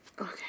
Okay